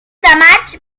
maig